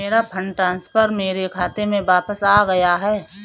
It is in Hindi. मेरा फंड ट्रांसफर मेरे खाते में वापस आ गया है